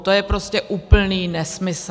To je prostě úplný nesmysl.